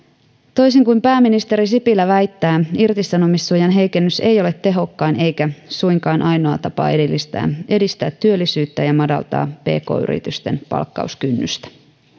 toisin kuin pääministeri sipilä väittää irtisanomissuojan heikennys ei ole tehokkain eikä suinkaan ainoa tapa edistää edistää työllisyyttä ja madaltaa pk yritysten palkkauskynnystä